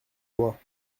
bois